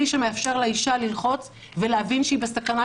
כלי שמאפשר לאישה ללחוץ ולהבין שהיא בסכנה,